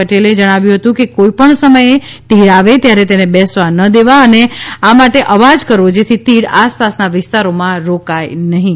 પટેલે જણાવ્ય હતું કે કોઇપણ સમયે તીડ આવે ત્યારે તેને બસવા ન દેવી આ માટે અવાજ કરવો જેથી તીડ આસપાસના વિસ્તારોમાં રોકાય નહીં